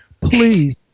please